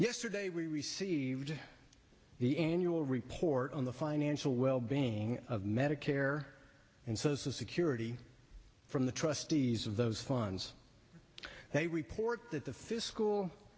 yesterday we received the annual report on the financial well being of medicare and social security from the trustees of those funds they report that the fiscal